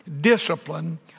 discipline